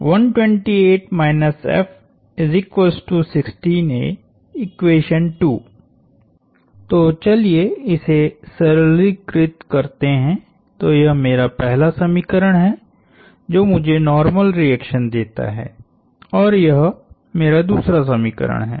तो चलिए इसे सरलीकृत करते हैं तो यह मेरा पहला समीकरण है जो मुझे नार्मल रिएक्शन देता है और यह मेरा दूसरा समीकरण है